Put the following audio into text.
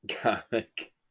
comic